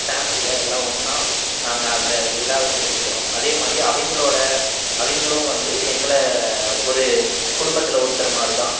ஃபேமிலியாக எல்லாம் ஒன்றா நாங்கள் அந்த விழாவை சிறப்பிக்கிறோம் அதே மாதிரி அவங்களோட அவங்களும் வந்து எங்களை ஒரு குடும்பத்தில் ஒருத்தர் மாதிரி தான்